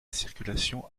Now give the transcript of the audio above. circulation